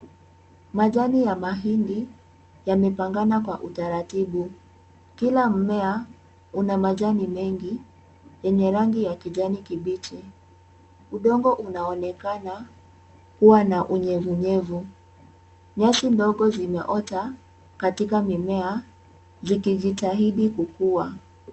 Majani ya mahindi yamepangana kwa utaratibu. Kila mmea una majani mengi yenye rangi ya kijani kibichi. Udongo unaonekana kuwa na unyevunyevu. Nyasi ndogo zimeota katika mimea zikijitahidi kukua.